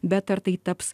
bet ar tai taps